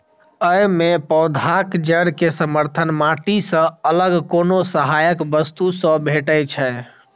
अय मे पौधाक जड़ कें समर्थन माटि सं अलग कोनो सहायक वस्तु सं भेटै छै